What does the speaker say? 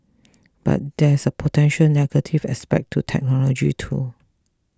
but there's a potentially negative aspect to technology too